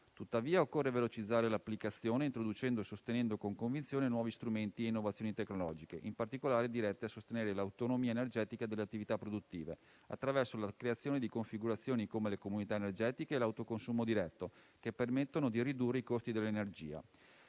Tuttavia, occorre velocizzarne l'applicazione, introducendo e sostenendo con convinzione nuovi strumenti e innovazioni tecnologiche, in particolare dirette a sostenere l'autonomia energetica delle attività produttive, attraverso la creazione di configurazioni, come le comunità energetiche e l'autoconsumo diretto, che permettano di ridurre i costi dell'energia.